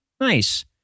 Nice